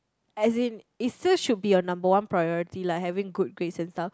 as in it 's just should be your number one priority lah having good grades and stuff